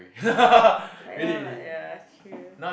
sign up lah ya true